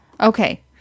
Okay